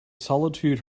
solitude